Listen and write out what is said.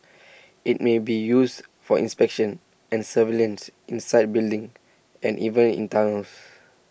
IT may be used for inspection and surveillance inside buildings and even in tunnels